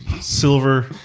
silver